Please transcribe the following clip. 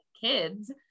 kids